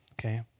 Okay